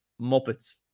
Muppets